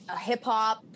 hip-hop